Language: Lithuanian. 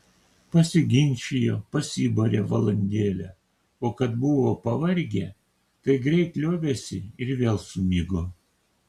pasiginčijo pasibarė valandėlę o kad buvo pavargę tai greit liovėsi ir vėl sumigo